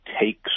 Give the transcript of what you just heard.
takes